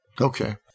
Okay